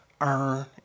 earn